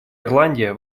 ирландия